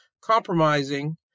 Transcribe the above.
compromising